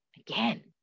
again